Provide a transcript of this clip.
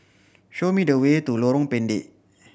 show me the way to Lorong Pendek